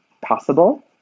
possible